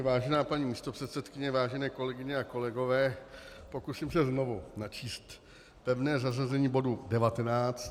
Vážená paní místopředsedkyně, vážené kolegyně a kolegové, pokusím se znovu načíst pevné zařazení bodu 19.